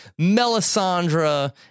Melisandre